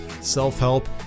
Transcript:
self-help